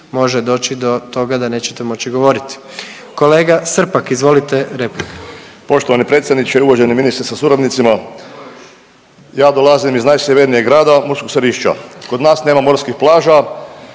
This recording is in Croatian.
može doći do toga da nećete moći govoriti. Kolega Srpak, izvolite repliku. **Srpak, Dražen (HDZ)** Poštovani predsjedniče, uvaženi ministre sa suradnicima. Ja dolazim iz najsjevernijeg grada, Murskog Središća. Kod nas nema morskih plaža,